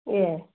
ए